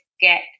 get